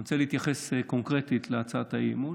אני רוצה להתייחס קונקרטית להצעת האי-אמון,